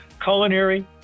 culinary